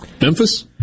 Memphis